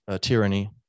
tyranny